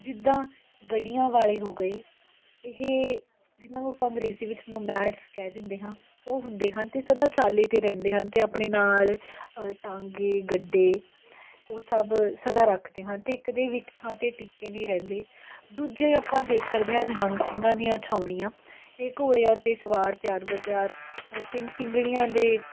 ਜਿੱਦਾਂ ਗੱਡੀਆਂ ਵਾਲੇ ਹੋ ਗਏ ਇਹ ਜਿਹਨਾਂ ਨੂੰ ਆਪਾਂ ਅੰਗਰੇਜ਼ੀ ਵਿੱਚ ਨੂਮੈੜਸ ਕਹਿ ਦਿੰਦੇ ਹਾਂ ਉਹ ਹੁੰਦੇ ਹਨ ਅਤੇ ਸਦਾ ਚਾਲੇ 'ਤੇ ਰਹਿੰਦੇ ਹਨ ਅਤੇ ਆਪਣੇ ਨਾਲ ਟਾਂਗੇ ਗੱਡੇ ਉਹ ਸਭ ਸਦਾ ਰੱਖਦੇ ਹਨ ਅਤੇ ਇਹ ਕਦੇ ਵੀ ਇੱਕ ਥਾਂ 'ਤੇ ਟਿੱਕੇ ਕੇ ਨਹੀਂ ਰਹਿੰਦੇ ਦੂਜੇ ਆਪਾਂ ਦੇਖ ਸਕਦੇ ਹਾਂ ਨਿਹੰਗ ਸਿੰਘਾਂ ਦੀਆਂ ਛਾਉਣੀਆਂ ਇਹ ਘੋੜਿਆਂ 'ਤੇ ਸਵਾਰ ਤਿਆਰ ਬਰ ਤਿਆਰ ਸਿੰਘ ਸਿੰਘਣੀਆਂ ਦੇ